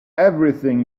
everything